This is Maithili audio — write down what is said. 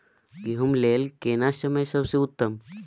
गेहूँ लेल केना समय सबसे उत्तम?